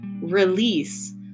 release